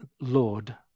lord